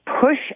push